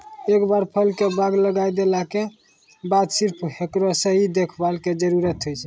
एक बार फल के बाग लगाय देला के बाद सिर्फ हेकरो सही देखभाल के जरूरत होय छै